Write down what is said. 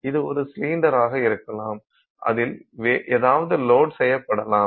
இது ஒரு சிலிண்டராக இருக்கலாம் அதில் ஏதாவது லோட் செய்யப்படலாம்